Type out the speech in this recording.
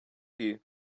you